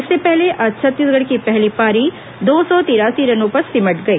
इससे पहले आज छत्तीसगढ़ की पहली पारी दो सौ तिरासी रनों पर सिमट गई